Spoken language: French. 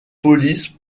polices